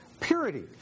purity